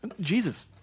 Jesus